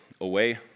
away